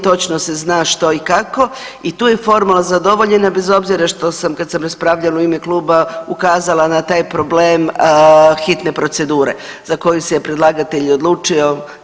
Točno se zna što i kako i tu je forma zadovoljena bez obzira što sam kada sam raspravljala u ime kluba ukazala na taj problem hitne procedure za koju se je predlagatelj odlučio.